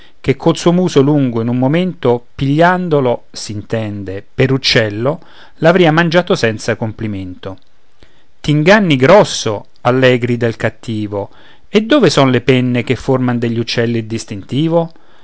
che col suo muso lungo in un momento pigliandolo s'intende per uccello l'avria mangiato senza complimento t'inganni grosso a lei grida il cattivo e dove son le penne che forman degli uccelli il distintivo